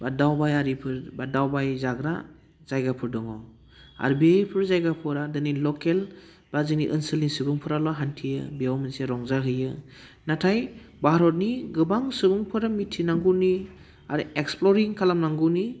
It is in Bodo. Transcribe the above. बा दावबायारिफोर बा दावबायजाग्रा जायगाफोर दङ आरो बेफोर जायगाफोरा जोंनि लकेल बा जोंनि ओनसोलनि सुबुंफ्राल' हान्थियो बेयाव मोनसे रंजाहैयो नाथाय भारतनि गोबां सुबुंफोरा मिथिनांगौनि आरो एक्सप्लरिं खालामनांगौनि